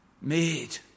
made